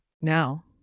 Now